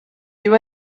you